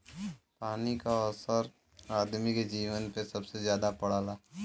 पानी क असर आदमी के जीवन पे सबसे जादा पड़ला